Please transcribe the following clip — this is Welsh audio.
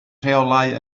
rheolau